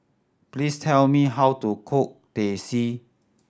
please tell me how to cook Teh C